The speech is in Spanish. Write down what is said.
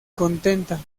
contenta